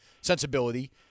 sensibility